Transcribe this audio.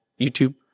YouTube